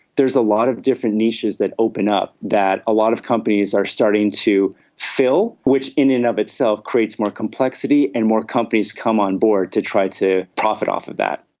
there's a lot of different niches that open up that a lot of companies are starting to fill, which in and of itself creates more complexity and more companies come on board to try to profit off of that.